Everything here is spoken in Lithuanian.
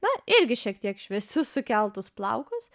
na irgi šiek tiek šviesius sukeltus plaukus